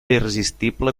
irresistible